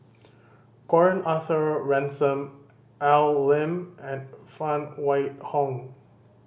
Gordon Arthur Ransome Al Lim and Phan Wait Hong